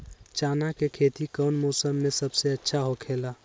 चाना के खेती कौन मौसम में सबसे अच्छा होखेला?